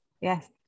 Yes